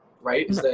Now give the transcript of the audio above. right